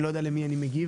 אני לא יודע למי אני מגיב.